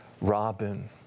Robin